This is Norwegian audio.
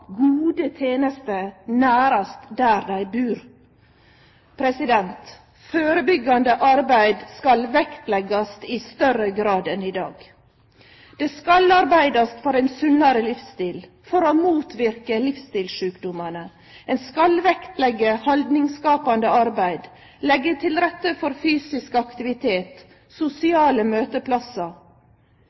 gode tenester nærast mogleg der dei bur. Førebyggjande arbeid skal vektleggjast i større grad enn i dag. Ein skal arbeide for ein sunnare livsstil for å motverke livsstilssjukdomane, ein skal leggje vekt på haldningsskapande arbeid og leggje til rette for fysisk aktivitet og sosiale møteplassar.